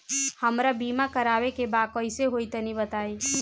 हमरा बीमा करावे के बा कइसे होई तनि बताईं?